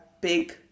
big